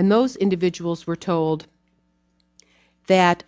and those individuals were told that